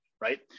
right